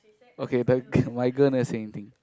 okay the my girl never say anything